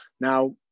Now